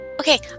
Okay